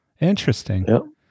interesting